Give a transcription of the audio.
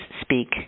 speak